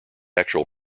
actual